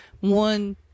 One